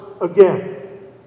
again